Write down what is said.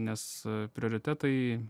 nes prioritetai